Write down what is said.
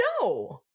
No